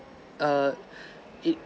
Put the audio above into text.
err it